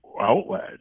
outlet